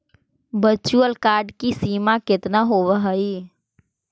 virtual card की सीमा केतना होवअ हई